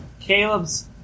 Caleb's